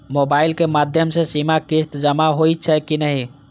Mobile के माध्यम से सीमा किस्त जमा होई छै कि नहिं?